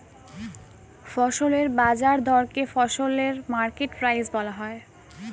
ফসলের বাজার দরকে ফসলের মার্কেট প্রাইস বলা হয়